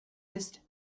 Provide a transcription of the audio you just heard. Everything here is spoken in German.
ist